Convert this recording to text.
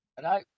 Hello